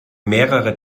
mehrere